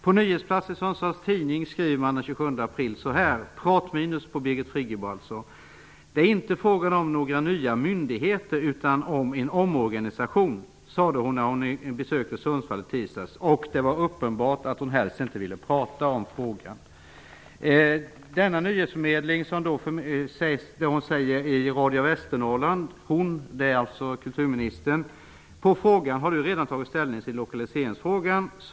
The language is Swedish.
På nyhetsplats i Sundsvalls Tidning från den 27 april skriver man så här om kulturministern: ''-- Det är inte frågan om några nya myndigheter utan om en omorganisation, sade hon när hon besökte Sundsvall i tisdags. Och det var uppenbart att hon helst inte ville prata om frågan.'' I Radio Västernorrland blev kulturministern tillfrågad om hon redan tagit ställning till lokaliseringsfrågan.